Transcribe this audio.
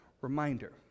reminder